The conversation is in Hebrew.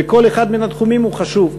וכל אחד מהתחומים הוא חשוב.